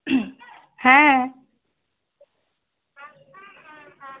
হ্যাঁ